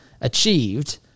achieved